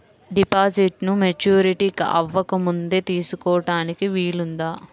డిపాజిట్ను మెచ్యూరిటీ అవ్వకముందే తీసుకోటానికి వీలుందా?